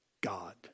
God